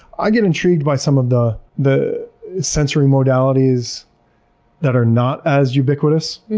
i get intrigued by some of the the sensory modalities that are not as ubiquitous